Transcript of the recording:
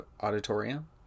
auditorium